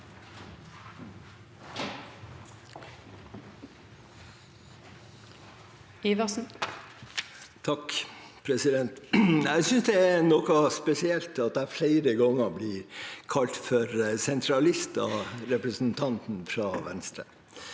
(Sp) Jeg synes det er noe spesielt at jeg flere ganger blir kalt sentralist av representanten fra Venstre.